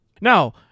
Now